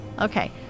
Okay